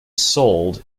sold